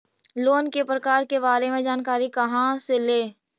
Loan के प्रकार के बारे मे जानकारी कहा से ले?